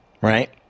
right